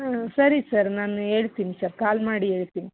ಹಾಂ ಸರಿ ಸರ್ ನಾನು ಹೇಳ್ತೀನಿ ಸರ್ ಕಾಲ್ ಮಾಡಿ ಹೇಳ್ತೀನಿ